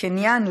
קניין,